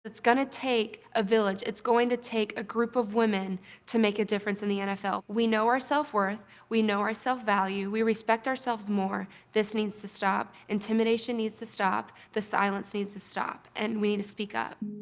it's gonna take a village. it's going to take a group of women to make a difference in the nfl. we know our self worth. we know our self value. we respect ourselves more. this needs to stop. intimidation needs to stop, the silence needs to stop, and we need to speak up.